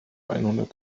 einhundert